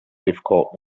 difficult